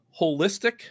holistic